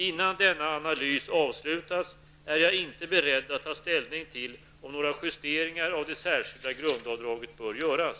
Innan denna analys avslutats är jag inte beredd att ta ställning till om några justeringar av det särskilda grundavdraget bör göras.